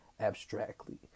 abstractly